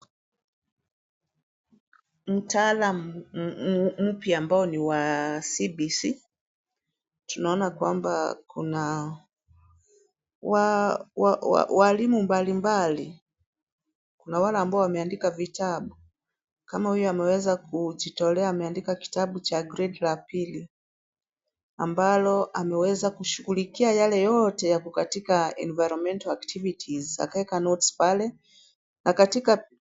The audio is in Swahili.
Mtaala mpya ambao ni wa CBC tunaona kwamba kuna walimu mbali mbali kuna wale ambao wameandika vitabu kama huyu ameweza kujitolea ameandika kitabu cha grade la pili ambalo ameweza kushughulikia yale yote yako katika environmental activities akaeka notes pale na katika.........